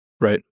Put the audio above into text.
Right